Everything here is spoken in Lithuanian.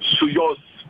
su jos